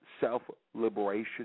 self-liberation